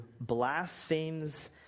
blasphemes